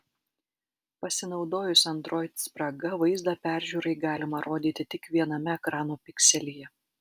pasinaudojus android spraga vaizdą peržiūrai galima rodyti tik viename ekrano pikselyje